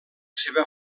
seva